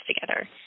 together